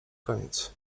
koniec